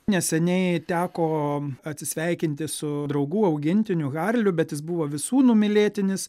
neseniai teko atsisveikinti su draugų augintiniu harliu bet jis buvo visų numylėtinis